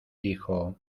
dijo